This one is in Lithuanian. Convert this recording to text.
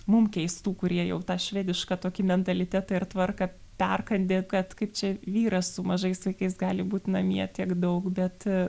mum keistų kurie jau tą švedišką tokį mentalitetą ir tvarką perkandę kad kaip čia vyras su mažais vaikais gali būt namie tiek daug bet